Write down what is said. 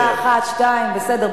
חבר הכנסת מילר, קריאה אחת, שתיים, בסדר.